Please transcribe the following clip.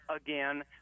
again